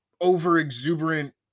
over-exuberant